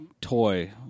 toy